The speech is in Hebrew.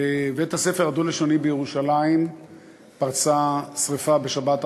בבית-הספר הדו-לשוני בירושלים פרצה שרפה בשבת האחרונה,